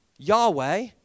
Yahweh